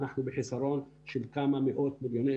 חלה ירידה אצלכם בהכנסות מארנונה מאנשים